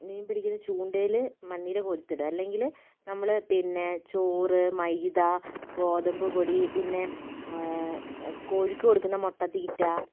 മീൻ പിടിക്കിന്ന ചൂണ്ടയിൽ മണ്ണിര കോർത്തിടുക അല്ലെങ്കിൽ നമ്മൾ പിന്നെ ചോറ് മൈദ ഗോതമ്പ് പൊടി പിന്നെ കോഴിക്ക് കൊടുക്കുന്ന മുട്ട തീറ്റ